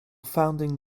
founding